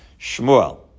Shmuel